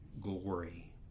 glory